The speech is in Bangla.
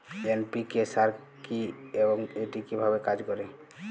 এন.পি.কে সার কি এবং এটি কিভাবে কাজ করে?